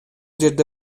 жерде